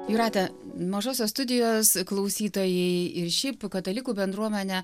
jūrate mažosios studijos klausytojai ir šiaip katalikų bendruomenė